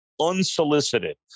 unsolicited